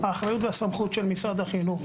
האחריות והסמכות הן של משרד החינוך.